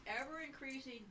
ever-increasing